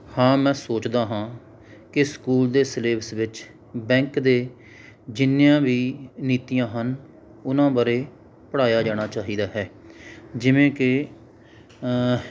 ਹਾਂ ਮੈਂ ਸੋਚਦਾ ਹਾਂ ਕਿ ਸਕੂਲ ਦੇ ਸਿਲੇਬਸ ਵਿੱਚ ਬੈਂਕ ਦੇ ਜਿੰਨੀਆਂ ਵੀ ਨੀਤੀਆਂ ਹਨ ਉਨ੍ਹਾਂ ਬਾਰੇ ਪੜ੍ਹਾਇਆ ਜਾਣਾ ਚਾਹੀਦਾ ਹੈ ਜਿਵੇਂ ਕਿ